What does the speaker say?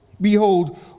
Behold